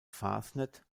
fasnet